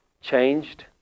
changed